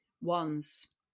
ones